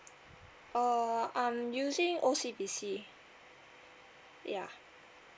uh I'm using O_C_B_C ya